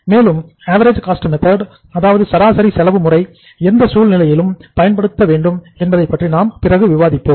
மேலும் average cost method முறை எந்த சூழ்நிலையில் பயன்படுத்த வேண்டும் என்பதைப்பற்றி நாம் பிறகு விவாதிப்போம்